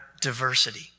diversity